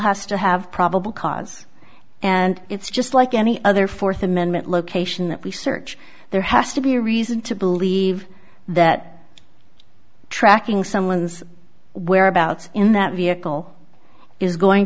has to have probable cause and it's just like any other fourth amendment location research there has to be a reason to believe that tracking someone's whereabouts in that vehicle is going